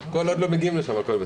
כל עוד לא מגיעים לשם הכול בסדר.